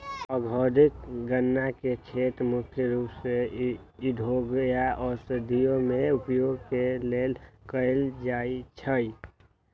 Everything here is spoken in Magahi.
औद्योगिक गञ्जा के खेती मुख्य रूप से उद्योगों या औषधियों में उपयोग के लेल कएल जाइ छइ